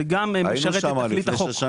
זה גם משרת את החוק.